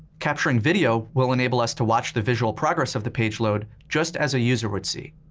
capturing video will enable us to watch the visual progress of the page load just as a user would see.